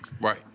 Right